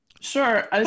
Sure